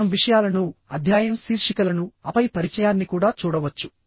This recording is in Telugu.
మనం విషయాలను అధ్యాయం శీర్షికలను ఆపై పరిచయాన్ని కూడా చూడవచ్చు